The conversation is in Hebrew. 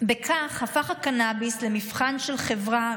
בכך הפך הקנביס למבחן של חברה,